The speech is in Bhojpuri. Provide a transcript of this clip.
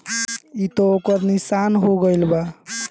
ई त ओकर निशान हो गईल बा